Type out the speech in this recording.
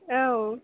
औ